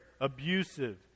abusive